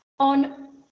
On